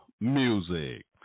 music